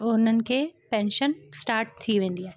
उन्हनि खे pension start थी वेंदी आहे